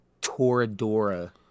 Toradora